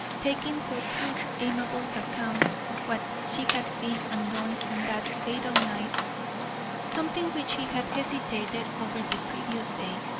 taking for truth amabel's account of what she had seen and done on that fatal night something which he had hesitated over the previous day,